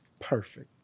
Perfect